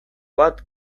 bat